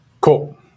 Cool